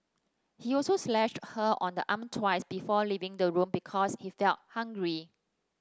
he also slashed her on the arm twice before leaving the room because he felt hungry